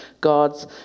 God's